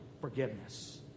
forgiveness